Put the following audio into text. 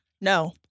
No